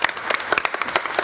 Hvala